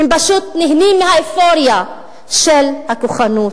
הם פשוט נהנים מהאופוריה של הכוחנות.